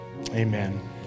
Amen